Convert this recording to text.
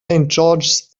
george’s